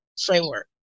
framework